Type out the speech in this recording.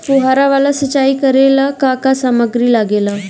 फ़ुहारा वाला सिचाई करे लर का का समाग्री लागे ला?